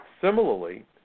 Similarly